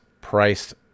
priced